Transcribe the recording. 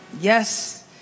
Yes